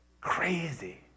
Crazy